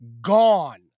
gone